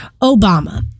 Obama